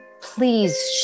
please